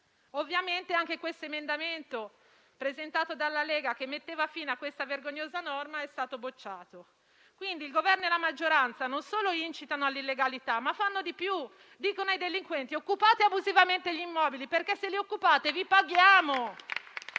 Ovviamente anche l'emendamento presentato dalla Lega, che metteva fino a questa vergognosa norma, è stato bocciato. Quindi il Governo e la maggioranza non solo incitano all'illegalità, ma fanno di più: dicono ai delinquenti di occupare abusivamente gli immobili, perché, se li occupano, li paghiamo.